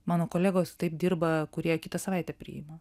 mano kolegos taip dirba kurie kitą savaitę priima